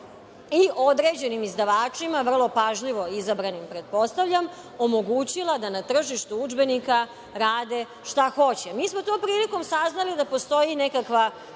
i određenim izdavačima vrlo pažljivo izabranim, pretpostavljam, omogućila da na tržištu udžbenika rade šta hoće. Mi smo tom prilikom saznali da postoji nekakva,